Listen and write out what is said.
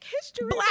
History